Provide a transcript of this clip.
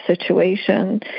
situation